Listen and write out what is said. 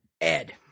Ed